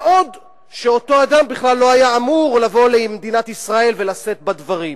מה עוד שאותו אדם בכלל לא היה אמור לבוא למדינת ישראל ולשאת בה דברים.